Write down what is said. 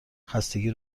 خستگی